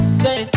say